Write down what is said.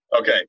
Okay